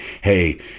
hey